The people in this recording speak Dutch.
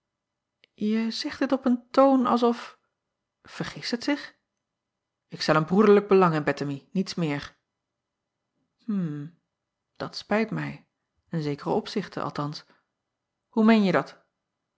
e zegt dit op een toon als of vergist het zich k stel een broederlijk belang in ettemie niets meer m at spijt mij in zekeren opzichte althans oe meenje dat